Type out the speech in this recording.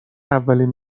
اولین